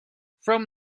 from